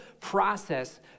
process